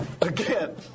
Again